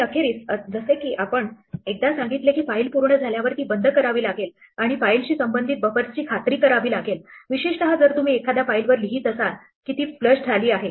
आणि अखेरीस जसे आपण एकदा सांगितले की फाइल पूर्ण झाल्यावर ती बंद करावी लागेल आणि फाईलशी संबंधित बफर्सची खात्री करावी लागेल विशेषत जर तुम्ही एखाद्या फाईलवर लिहित असाल की ती फ्लश झाली आहे